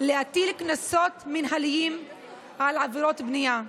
להטיל קנסות מינהליים בשל עבירות בנייה.